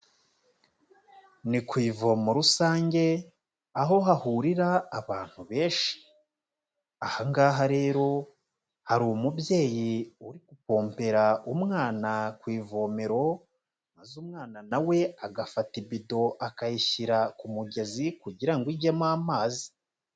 Ni ku ivomo rusange, aho hahurira abantu benshi, aha ngaha rero hari umubyeyi uri gupompera umwana ku ivomero, maze umwana na we agafata ibido akayishyira ku mugezi kugira ngo ijyemo amazi.